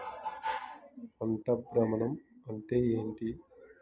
పంట భ్రమణం అంటే ఏంటి?